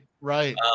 Right